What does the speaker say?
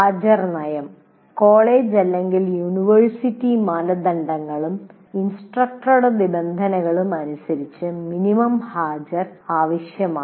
ഹാജർ നയം college university മാനദണ്ഡങ്ങളും ഇൻസ്ട്രക്ടറുടെ നിബന്ധനകളും അനുസരിച്ച് മിനിമം ഹാജർ ആവശ്യമാണ്